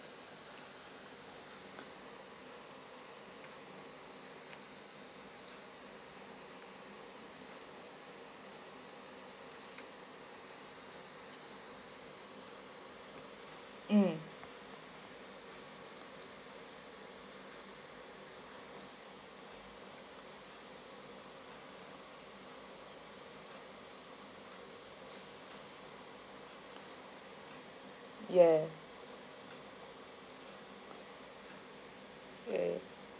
mm ya uh